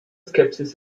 skepsis